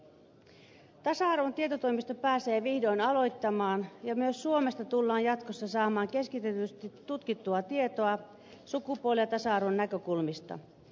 tasa arvon tietotoimisto pääsee vihdoin aloittamaan ja myös suomesta tullaan jatkossa saamaan keskitetysti tutkittua tietoa sukupuolen ja tasa arvon näkökulmista